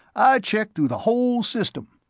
check through the whole system.